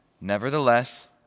Nevertheless